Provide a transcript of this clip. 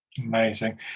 Amazing